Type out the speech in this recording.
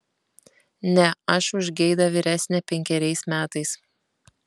ne aš už geidą vyresnė penkeriais metais